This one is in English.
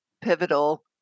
pivotal